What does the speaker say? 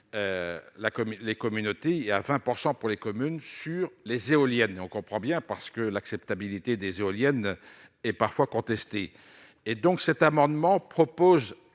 les communautés et à 20 % pour les communes, sur les éoliennes et on comprend bien, parce que l'acceptabilité des éoliennes et parfois contesté et donc cet amendement propose